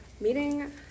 meeting